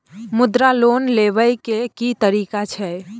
मुद्रा लोन लेबै के की तरीका छै?